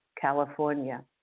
California